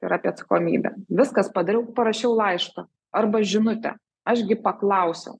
ir apie atsakomybę viskas padariau parašiau laišką arba žinutę aš gi paklausiau